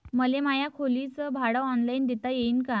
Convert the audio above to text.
मले माया खोलीच भाड ऑनलाईन देता येईन का?